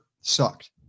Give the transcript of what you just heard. Sucked